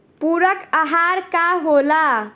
पुरक अहार का होला?